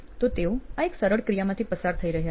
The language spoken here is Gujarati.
તો તેઓ આ એક સરળ ક્રિયામાંથી પસાર થઇ રહ્યા છે